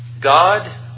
God